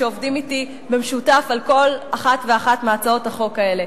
שעובדים אתי במשותף על כל אחת ואחת מהצעות החוק האלה.